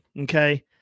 okay